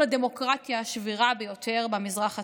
הדמוקרטיה השבירה ביותר במזרח התיכון."